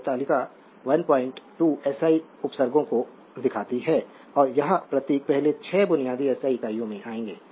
तो तालिका 12 एसआई उपसर्गों को दिखाती है और यह प्रतीक पहले 6 बुनियादी एसआई इकाइयों में आएंगे